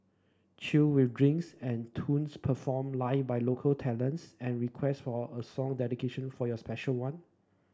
chill with drinks and tunes performed live by local talents and request for a song dedication for your special one